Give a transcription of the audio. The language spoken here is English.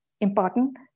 important